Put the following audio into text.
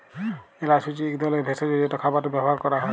এল্যাচ হছে ইক ধরলের ভেসজ যেট খাবারে ব্যাভার ক্যরা হ্যয়